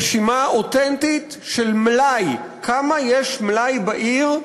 רשימה אותנטית של מלאי, כמה מלאי יש בעיר.